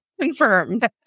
confirmed